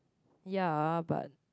yeah but